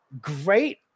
great